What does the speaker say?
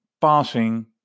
passing